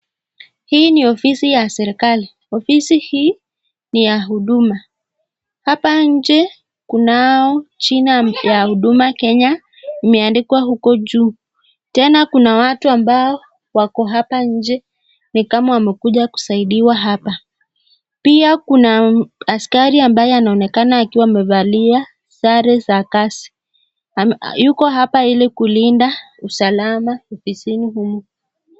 Hii ni ofisi ya serikali. Ofisi hii ni ya huduma. Hapa nje kunao jina Huduma Kenya limeandikwa huko juu. Tena kuna watu ambao wako hapa nje, ni kama wamekuja kusaidiwa hapa. Pia kuna askari ambaye anaonekana akiwa amevalia sare za kazi. Yuko hapa ili kulinda usalama ofisini humu.